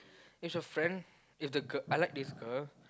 if your friend if the girl I like this girl